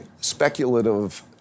speculative